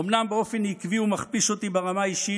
אומנם באופן עקיב הוא מכפיש אותי ברמה האישית,